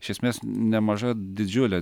iš esmės nemaža didžiulė